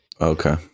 Okay